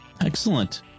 Excellent